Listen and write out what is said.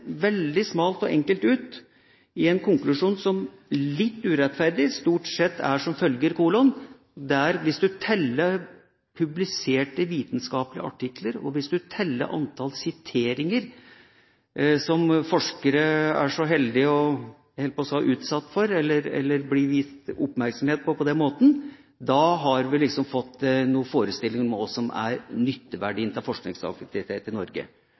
veldig smalt og enkelt ut i en konklusjon som – litt urettferdig – stort sett er som følger: Hvis du teller publiserte vitenskapelige artikler, og hvis du teller antall siteringer, som forskere er så heldige – jeg holdt på å si – å bli utsatt for eller blir viet oppmerksomhet på på den måten, har du liksom fått noen forestillinger om hva som er nytteverdien av forskningsaktivitet i Norge.